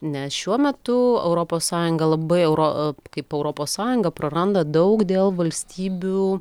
nes šiuo metu europos sąjunga labai euro kaip europos sąjunga praranda daug dėl valstybių